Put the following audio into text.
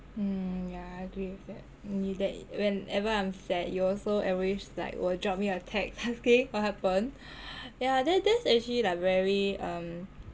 mm yah yah I agree with that mm that whenever I'm sad you also always like will drop me a text asking what happened yah that that's actually like very um